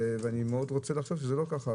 אני מאוד רוצה לחשוב שזה לא כך.